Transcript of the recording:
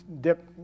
dip